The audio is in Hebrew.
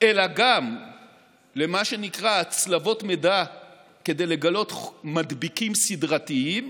אלא גם למה שנקרא הצלבות מידע כדי לגלות מדביקים סדרתיים,